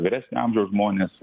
vyresnio amžiaus žmonės